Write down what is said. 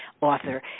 author